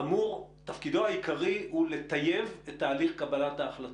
תפקידו העיקרי הוא לטייב את תהליך קבלת ההחלטות.